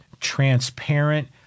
transparent